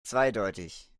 zweideutig